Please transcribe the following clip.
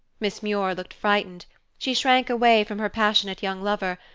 miss muir looked frightened she shrank away from her passionate young lover,